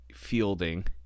fielding